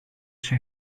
she